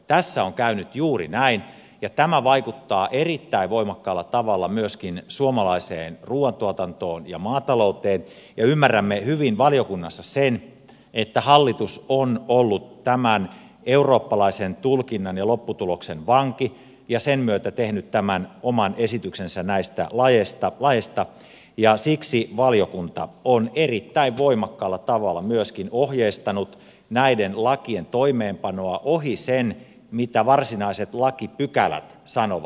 tässä on käynyt juuri näin ja tämä vaikuttaa erittäin voimakkaalla tavalla myöskin suomalaiseen ruuantuotantoon ja maatalouteen ja ymmärrämme hyvin valiokunnassa sen että hallitus on ollut tämän eurooppalaisen tulkinnan ja lopputuloksen vanki ja sen myötä tehnyt tämän oman esityksensä näistä laeista ja siksi valiokunta on erittäin voimakkaalla tavalla myöskin ohjeistanut näiden lakien toimeenpanoa ohi sen mitä varsinaiset lakipykälät sanovat